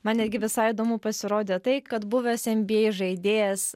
man irgi visai įdomu pasirodė tai kad buvęs nba žaidėjas